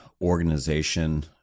organization